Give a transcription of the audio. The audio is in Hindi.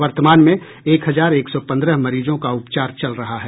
वर्तमान में एक हजार एक सौ पन्द्रह मरीजों का उपचार चल रहा है